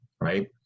right